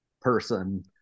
person